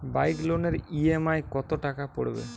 Bike লোনের EMI কত টাকা পড়বে?